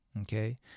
okay